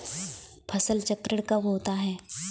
फसल चक्रण कब होता है?